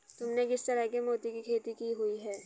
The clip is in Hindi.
तुमने किस तरह के मोती की खेती की हुई है?